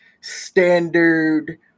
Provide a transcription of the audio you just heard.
standard